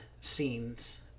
scenes